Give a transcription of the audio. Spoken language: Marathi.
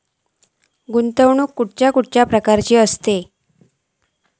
गुंतवणूक कसल्या कसल्या प्रकाराची असता?